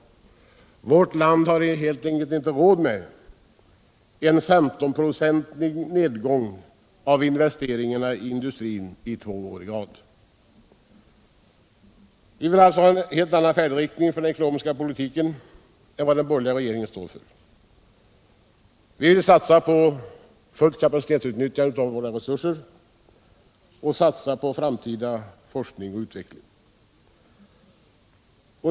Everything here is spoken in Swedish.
Vårt land har helt enkelt inte råd med en 15-procentig nedgång av investeringarna i industrin två år i rad. Vi vill alltså ha en helt annan färdriktning för den ekonomiska politiken än vad den borgerliga regeringen står för. Vi vill satsa på fullt kapacitetsutnyttjande av våra resurser och satsa på framtida forskning och utveckling.